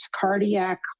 cardiac